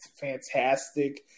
fantastic